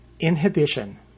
Inhibition